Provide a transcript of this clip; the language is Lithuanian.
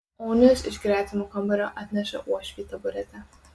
onis iš gretimo kambario atneša uošvei taburetę